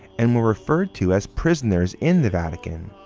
and were referred to as prisoners in the vatican.